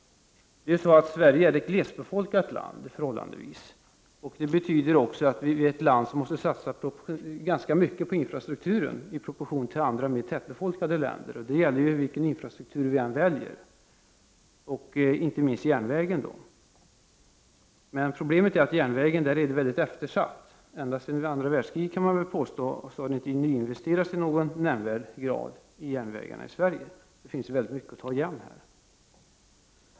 Sverige är ett förhållandevis glesbefolkat land. Det betyder att Sverige måste satsa ganska mycket på infrastrukturen i förhållande till andra mera tätbefolkade länder. Det gäller vilken infrastruktur vi än väljer, och inte minst järnvägen. Problemet är att järnvägen är mycket eftersatt. Ända sedan andra världskriget, kan man väl påstå, har det inte nyinvesterats i någon nämnvärd grad i järnvägen i Sverige. Det finns mycket att ta igen här.